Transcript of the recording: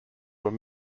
were